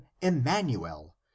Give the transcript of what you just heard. emmanuel